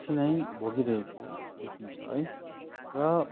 कठिनाइ भोगिरहेको देखिन्छ है र